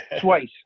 twice